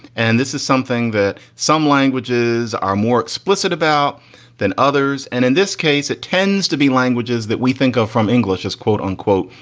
and this is something that some languages are more explicit about than others. and in this case, it tends to be languages that we think go from english as, quote unquote,